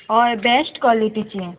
हय बॅस्ट कॉलिटीचीं